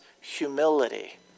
humility